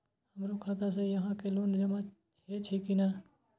हमरो खाता से यहां के लोन जमा हे छे की ने?